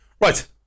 right